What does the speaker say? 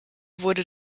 wurde